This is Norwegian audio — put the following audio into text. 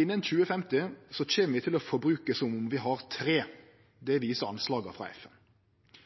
innan 2050 kjem vi til å forbruke som om vi har tre. Det viser anslaga frå FN.